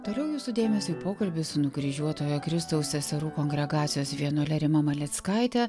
toliau jūsų dėmesiui pokalbis su nukryžiuotojo kristaus seserų kongregacijos vienuole rima malickaite